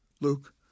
Luke